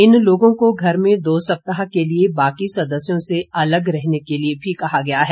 इन लोगों को घर में दो सप्ताह के लिए बाकी सदस्यों से अलग रहने के लिए भी कहा गया है